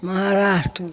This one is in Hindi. महाराष्ट्र